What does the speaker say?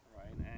right